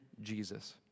Jesus